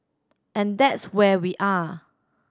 and that's where we are